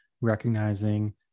recognizing